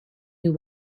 you